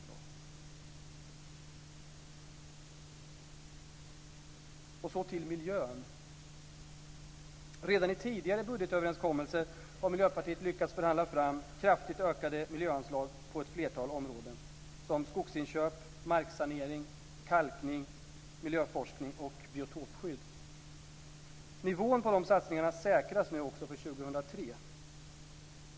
Jag vill därefter ta upp miljön. Redan i tidigare budgetöverenskommelser har Miljöpartiet lyckats förhandla fram kraftigt ökade miljöanslag på ett flertal områden, t.ex. skogsinköp, marksanering, kalkning, miljöforskning och biotopskydd. Nivån på dessa satsningar säkras nu också för 2003.